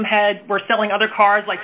them had were selling other cars like